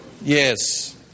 Yes